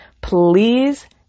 please